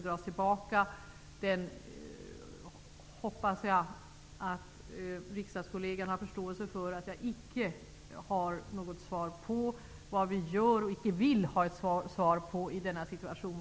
Jag hoppas att riksdagskollegerna har förståelse för att jag icke har något svar på frågan om i vilken situation som svensk trupp skulle dras tillbaka.